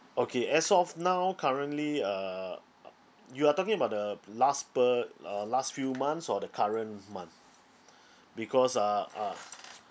okay as of now currently uh uh you are talking about the last per uh last few months or the current month because uh ah